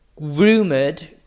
rumoured